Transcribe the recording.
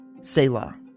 Selah